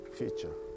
future